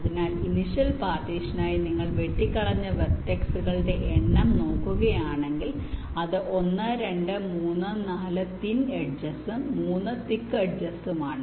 അതിനാൽ ഇനിഷ്യൽ പാർട്ടീഷനായി നിങ്ങൾ വെട്ടിക്കളഞ്ഞ വെർടെക്സുകളുടെ എണ്ണം നോക്കുകയാണെങ്കിൽ അത് 1 2 3 4 തിൻ എഡ്ജേസും 3 തിക്ക് എഡ്ജേസും ആണ്